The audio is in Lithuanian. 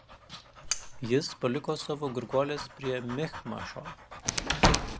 jis paliko savo gurguoles prie michmašo